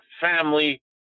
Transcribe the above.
family